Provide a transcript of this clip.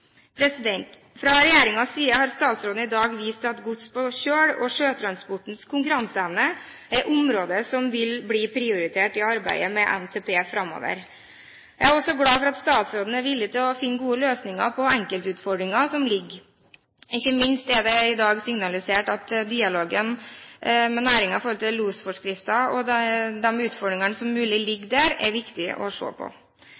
Fra regjeringens side har statsråden i dag vist at gods på kjøl og sjøtransportens konkurranseevne er områder som vil bli prioritert i arbeidet med NTP framover. Jeg er også glad for at statsråden er villig til å finne gode løsninger på enkeltutfordringer. Ikke minst er det i dag signalisert at det er viktig å se på dialogen med næringen i forhold til losforskrifter og de mulige utfordringene som